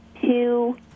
Two